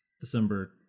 December